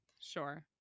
Sure